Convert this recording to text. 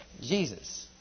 Jesus